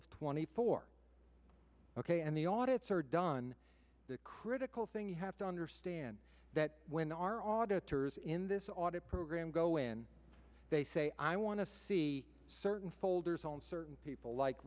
of twenty four ok and the audit sir done the critical thing you have to understand that when our auditors in this audit program go in they say i want to see certain folders on certain people like